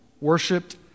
worshipped